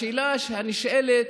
השאלה הנשאלת: